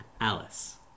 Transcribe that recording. Alice